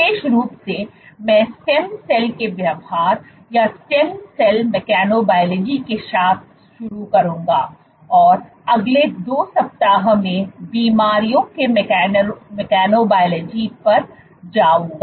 विशेष रूप से मैं स्टेम सेल के व्यवहार या स्टेम सेल मैकेनोबयलॉजी के साथ शुरू करूंगा और अगले 2 सप्ताह में बीमारियों के मैकेनोबयलॉजी पर जाऊंगा